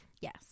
Yes